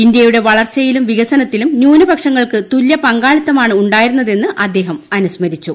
ഇന്ത്യയുടെ വളർച്ചയിലും വികസനത്തിലും ന്യൂനപക്ഷങ്ങൾക്ക് തുല്യപങ്കാളിത്തമാണ് ഉണ്ടായിരുന്നതെന്ന് അദ്ദേഹം അനുസ്മരിച്ചു